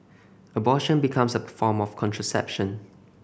abortion becomes a form of contraception